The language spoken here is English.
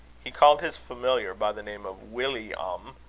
he called his familiar by the name of willi-am,